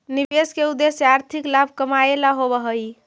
निवेश के उद्देश्य आर्थिक लाभ कमाएला होवऽ हई